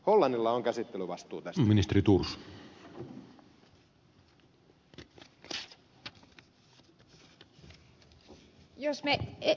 hollannilla on käsittelyvastuu tästä